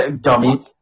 Dummy